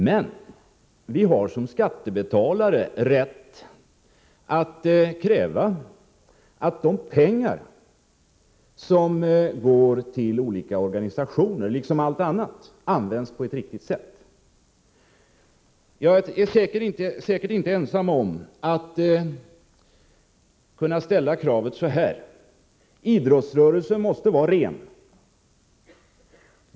Men vi har som skattebetalare rätt att kräva att de pengar som går till olika organisationer liksom andra anslag används på ett riktigt sätt. Jag är säkert inte ensam om att vilja ställa följande krav: Idrottsrörelsen måste vara ren.